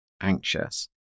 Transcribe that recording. anxious